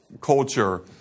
culture